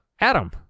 adam